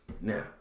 Now